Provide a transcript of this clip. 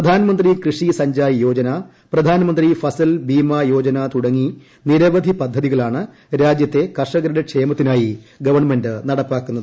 പ്രധാനമന്ത്രി കൃഷി സിഞ്ചായ് യോജ്ജന് പ്രധാനമന്ത്രി ഫസൽ ഭീമാ യോജന തുടങ്ങി നിരവധി പദ്ധതീകളാണ് രാജ്യത്തെ കർഷകരുടെ ക്ഷേമത്തിനായി ഗവണ്മെന്റ് നടപ്പാക്കുന്നത്